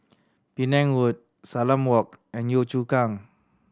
Penang Road Salam Walk and Yio Chu Kang